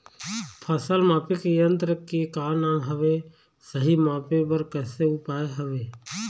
फसल मापे के यन्त्र के का नाम हवे, सही मापे बार कैसे उपाय हवे?